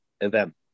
event